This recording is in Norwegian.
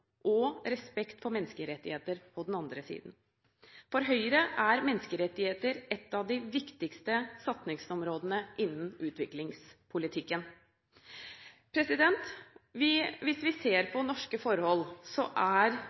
og respekt for menneskerettigheter på den andre siden. For Høyre er menneskerettigheter et av de viktigste satsingsområdene innen utviklingspolitikken. Hvis vi ser på norske forhold, er